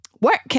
work